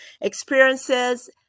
Experiences